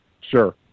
sure